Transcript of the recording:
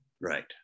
right